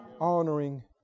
honoring